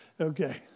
Okay